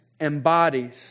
embodies